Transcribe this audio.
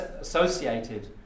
associated